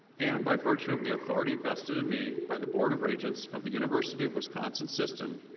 and by virtue of the authority vested in me by the board of regents of the university of wisconsin system,